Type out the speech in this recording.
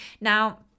Now